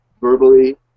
verbally